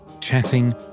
chatting